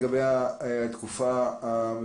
מה המדינה מבקשת לגבי התקופה המבוקשת?